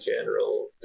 general